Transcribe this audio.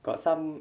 got some